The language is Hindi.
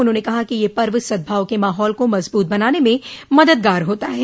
उन्होंने कहा कि यह पर्व सद्भाव के माहौल को मजबूत बनाने में मददगार होता है